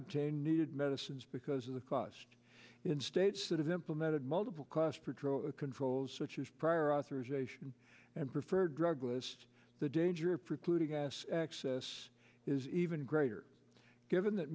obtain needed medicines because of the cost in states that have implemented multiple cost per drop controls such as prior authorization and preferred drug list the danger precluding gas access is even greater given that